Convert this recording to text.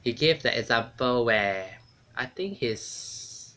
he gave the example where I think is